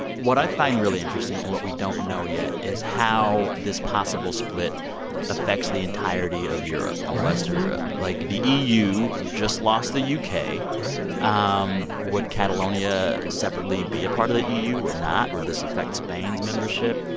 what i find really interesting and what we don't know yet is how this possible split affects the entirety of europe and western europe? like, the eu just lost the u k right um would catalonia separately be a part of the eu eu or not? would this affect spain's membership?